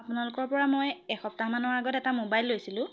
আপোনালোকৰ পৰা মই এসপ্তাহমানৰ আগত এটা মোবাইল লৈছিলোঁ